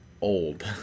old